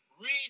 Read